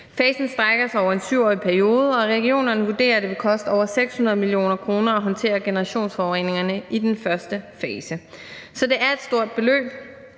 Fasen strejker sig over en 7-årig periode, og regionerne vurderer, at det vil koste over 600 mio. kr. at håndtere generationsforureningerne i den første fase. Så det er et stort beløb,